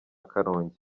karongi